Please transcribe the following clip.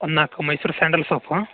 ಒಂದು ನಾಲ್ಕು Mysore sandal soap